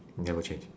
never change